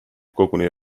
koguni